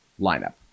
lineup